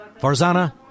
Farzana